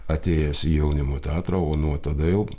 atėjęs į jaunimo teatrą o nuo tada jau